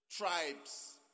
Tribes